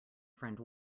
friend